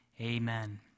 Amen